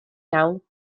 iawn